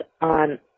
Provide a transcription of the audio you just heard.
on